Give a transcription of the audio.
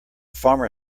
farmer